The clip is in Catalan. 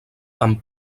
amb